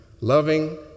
loving